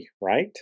right